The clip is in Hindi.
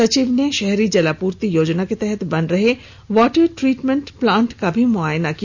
सचिव ने शहरी जलापूर्ति योजना के तहत बन रहे वाटर ट्रीटमेंट प्लांट का मुआयना भी किया